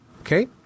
Okay